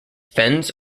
fens